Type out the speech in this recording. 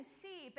see